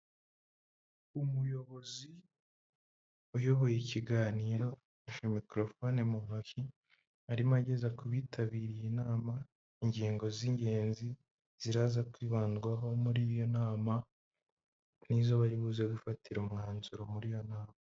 Umuyobozi uyoboye ikiganiro ashashe mikorofone mu ntoki, arimo ageza ku bitabiriye inama ingingo z'ingenzi ziraza kwibandwaho muri iyo nama n'izo bari buze gufatira umwanzuro muri iyo nama.